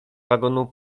wagonu